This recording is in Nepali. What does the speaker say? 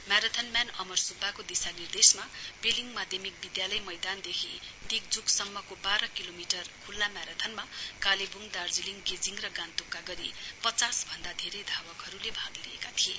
म्याराथन म्यान अमर सुब्बाको दिशानिर्देशमा पेलिङ माध्यमिक विधालय मैदानदेखि तिकज्क सम्मको वाह्र किलोमिटर खुल्ला म्याराथनमा कालेवुङ दार्जीलिङ गेजिङ र गान्तोकका गरी पचास भन्दा धेरै धावकहरुले भाग लिएका थिए